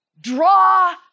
draw